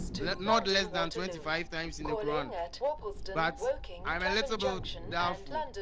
that not less than twenty five times in the quran but i'm a little doubtful.